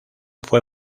fue